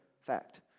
fact